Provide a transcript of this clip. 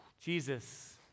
Jesus